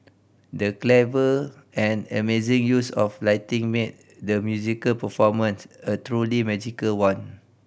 the clever and amazing use of lighting made the musical performance a truly magical one